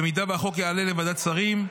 במידה שהחוק יעלה לוועדת השרים,